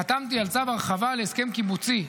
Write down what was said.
חתמתי על צו הרחבה להסכם קיבוצי,